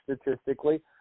statistically